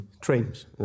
trains